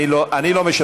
אני לא משנה.